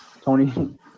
Tony